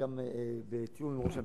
וגם בתיאום עם ראש הממשלה.